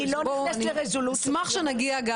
נשמח שנגיע גם לדיון הזה.